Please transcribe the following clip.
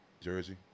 jersey